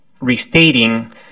restating